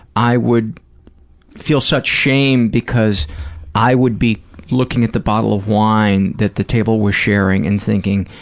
i would feel such shame because i would be looking at the bottle of wine that the table was sharing and thinking,